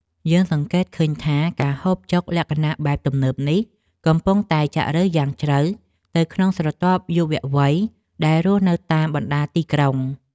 យើងសង្កេតឃើញថាការហូបចុកលក្ខណៈបែបទំនើបនេះកំពុងតែចាក់ឫសយ៉ាងជ្រៅទៅក្នុងស្រទាប់យុវវ័យដែលរស់នៅតាមបណ្តាទីក្រុង។